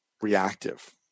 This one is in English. reactive